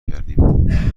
کردیم